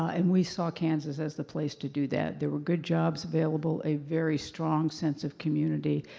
and we saw kansas as the place to do that. there were good jobs available, a very strong sense of community,